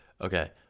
Okay